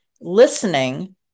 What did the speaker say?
listening